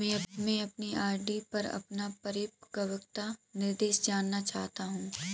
मैं अपनी आर.डी पर अपना परिपक्वता निर्देश जानना चाहता हूँ